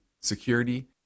security